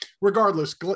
regardless